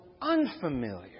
unfamiliar